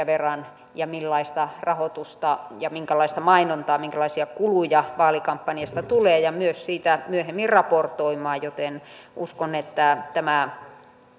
verran ja millaista rahoitusta ja minkälaista mainontaa minkälaisia kuluja vaalikampanjasta tulee ja myös siitä myöhemmin raportoimaan joten uskon että tämä